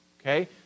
Okay